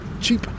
cheap